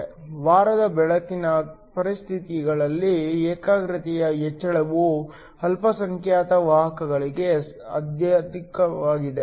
ದುರ್ಬಲ ಬೆಳಕಿನ ಪರಿಸ್ಥಿತಿಗಳಲ್ಲಿ ಏಕಾಗ್ರತೆಯ ಹೆಚ್ಚಳವು ಅಲ್ಪಸಂಖ್ಯಾತ ವಾಹಕಗಳಿಗೆ ಅತ್ಯಧಿಕವಾಗಿದೆ